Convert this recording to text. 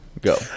Go